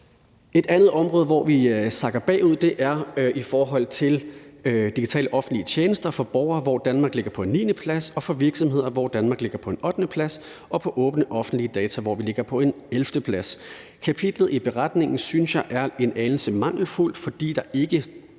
Et andet område, hvor vi sakker bagud, er i forhold til digitale offentlige tjenester for borgere, hvor Danmark ligger på en 9.-plads, og for virksomheder, hvor Danmark ligger på en 8.-plads, og for åbne offentlige data, hvor vi ligger på en 11.-plads. Kapitlet i redegørelsen synes jeg er en anelse mangelfuldt, fordi der ikke